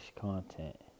content